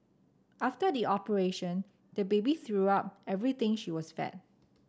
after the operation the baby threw up everything she was fed